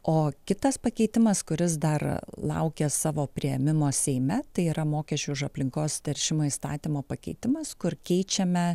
o kitas pakeitimas kuris dar laukia savo priėmimo seime tai yra mokesčių už aplinkos teršimą įstatymo pakeitimas kur keičiame